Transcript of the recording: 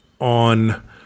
on